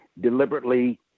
deliberately